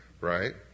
Right